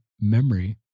memory